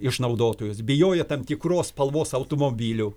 išnaudotojus bijojo tam tikros spalvos automobilių